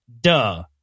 Duh